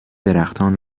درختان